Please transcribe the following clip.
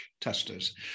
testers